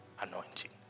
anointing